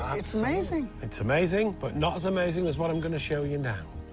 um it's amazing. it's amazing, but not as amazing as what i'm gonna show you now.